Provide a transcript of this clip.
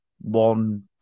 one